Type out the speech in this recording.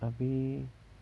abeh